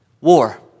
War